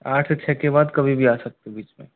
आठ से छः के बाद कभी भी आ सकते हो बीच में